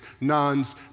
nuns